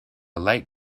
light